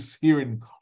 hearing